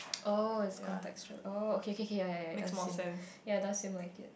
oh it's contextual oh okay okay okay ya ya ya it does seem ya it does seem like it